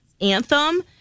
Anthem